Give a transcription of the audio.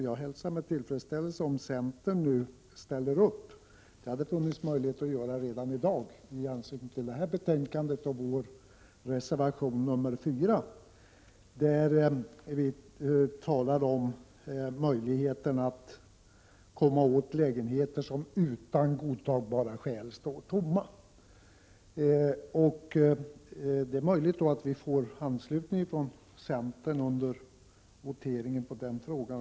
Jag hälsar med tillfredsställelse om centern nu ställer upp. Det hade funnits möjlighet att göra det redan i dag i anslutning till detta betänkande och vår reservation nr 4. I den talar vi om möjligheterna att komma åt lägenheter som utan godtagbara skäl står tomma. Det är möjligt att vi får anslutning från centern under voteringen på den frågan.